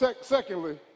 Secondly